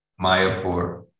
Mayapur